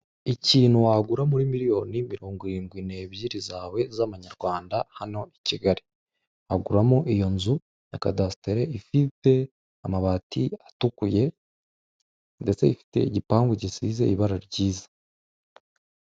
Ikintu wagura muri miliyoni mirongo irindwi n'ebyiri zawe z'amanyarwanda hano i kigali waguramo iyo nzu ya kadasitarii ifite amabati atukuye ndetse ifite igipangu gisize ibara ryiza.